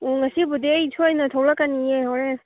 ꯎꯝ ꯉꯁꯤꯕꯨꯗꯤ ꯑꯩ ꯁꯣꯏꯗꯅ ꯊꯣꯛꯂꯛꯀꯅꯤꯌꯦ ꯍꯣꯔꯦꯟ